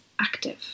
active